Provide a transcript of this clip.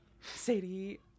Sadie